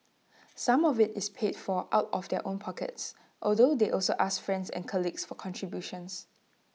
some of IT is paid for out of their own pockets although they also ask friends and colleagues for contributions